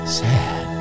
sad